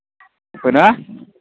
एना